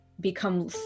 become